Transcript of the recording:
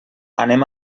anem